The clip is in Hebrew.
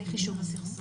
הליך יישוב הסכסוך.